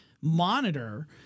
monitor